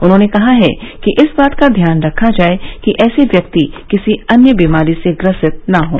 उन्होंने कहा कि इस बात का ध्यान रखा जाए कि ऐसे व्यक्ति किसी अन्य बीमारी से ग्रसित न हों